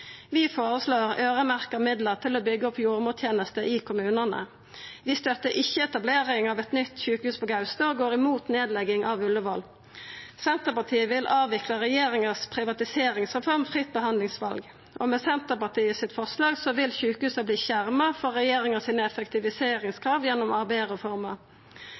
Vi føreslår øyremerkte midlar til å byggja opp jordmorteneste i kommunane. Vi støttar ikkje etablering av eit nytt sjukehus på Gaustad og går imot nedlegging av Ullevål. Senterpartiet vil avvikla regjeringa si privatiseringsreform Fritt behandlingsval, og med Senterpartiets forslag vil sjukehusa verta skjerma for regjeringa sine effektiviseringskrav gjennom